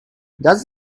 does